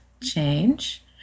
change